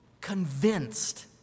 convinced